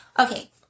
Okay